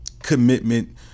Commitment